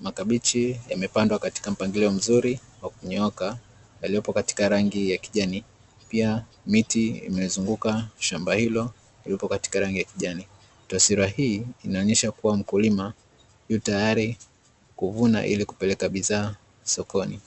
makabichi yamepandwa katika mpangilio mzuri wa kunyooka yaliyopo katika rangi ya kijani, pia miti imezunguka shamba hilo lililopo katika rangi ya kijani. Taswira hii inaonyesha mkulima yu tayari kuvuna, ili kupeleka bidhaa sokoni.